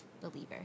believer